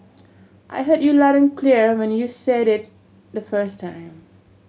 I heard you loud and clear when you said it the first time